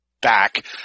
back